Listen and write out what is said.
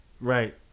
Right